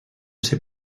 ser